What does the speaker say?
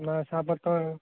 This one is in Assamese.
নাই চাহপাতৰ